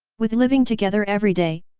with living together everyday,